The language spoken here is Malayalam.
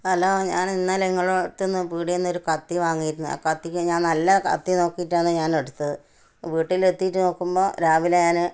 ഹലോ ഞാൻ ഇന്നലെ ഇങ്ങള അടുത്തൂന്ന് പീടികയിൽനിന്ന് ഒരു കത്തി വാങ്ങിയിരുന്നു ആ കത്തിയ്ക്ക് ഞാൻ നല്ല കത്തി നോക്കിയിട്ടാണ് ഞാനെടുത്തത് വീട്ടിലെത്തിയിട്ട് നോക്കുമ്പോൾ രാവിലെ ഞാൻ